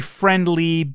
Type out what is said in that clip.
friendly